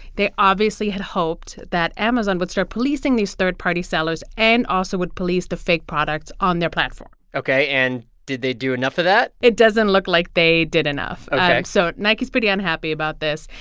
they obviously had hoped that amazon would start policing these third-party sellers and also would police the fake products on their platform ok, and did they do enough of that? it doesn't look like they did enough ok so nike's pretty unhappy about this.